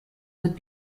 would